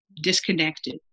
disconnected